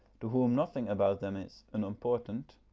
to whom nothing about them is unimportant,